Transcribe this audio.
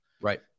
Right